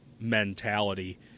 mentality